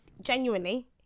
genuinely